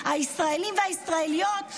הישראלים והישראליות,